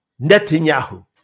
Netanyahu